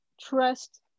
trust